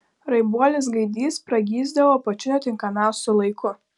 raibuolis gaidys pragysdavo pačiu netinkamiausiu laiku